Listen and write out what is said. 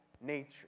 nature